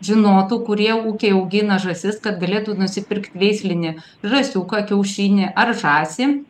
žinotų kurie ūkiai augina žąsis kad galėtų nusipirkt veislinį žąsiuką kiaušinį ar žąsį